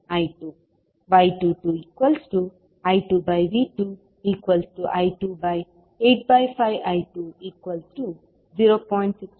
ಆದ್ದರಿಂದ ಈಗ V2I28 ||285I2 y22I2V2I285I2 0